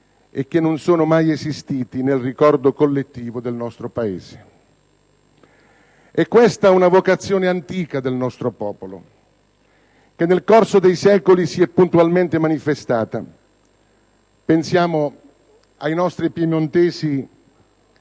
e che non sono mai esistiti nel ricordo collettivo del nostro Paese. È questa una vocazione antica del nostro popolo che nel corso dei secoli si è puntualmente manifestata. Pensiamo ai nostri piemontesi